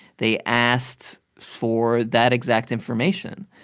they asked for that exact information.